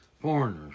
Foreigners